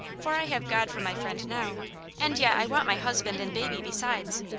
for i have god for my friend now and yet i want my husband and baby, besides.